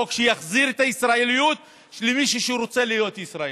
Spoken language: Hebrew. החוק שיחזיר את הישראליות למי שרוצה להיות ישראלי.